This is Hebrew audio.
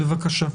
בבקשה.